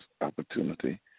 opportunity